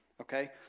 okay